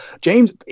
james